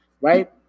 right